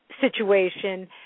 situation